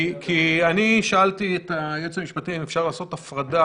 כי אני שאלתי את היועץ המשפטי האם אפשר לעשות הפרדה,